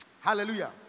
Hallelujah